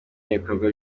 n’ibikorwa